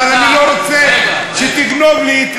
אבל אני לא רוצה שתגנוב לי,